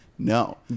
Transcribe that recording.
No